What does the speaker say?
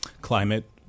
climate